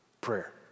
prayer